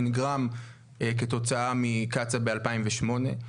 שנגרם כתוצאה מקצא"א ב-2008.